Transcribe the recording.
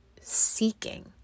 seeking